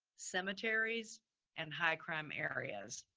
cemeteries and high crime areas.